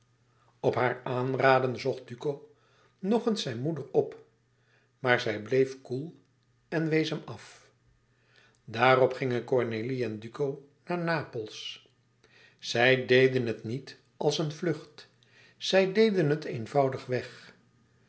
op haar aanraden zocht duco nog eens zijne moeder op maar zij bleef koel en wees hem af daarop gingen cornélie en duco naar napels zij deden het niet als een vlucht zij deden het eenvoudigweg